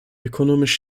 ökonomisch